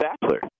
Bachelor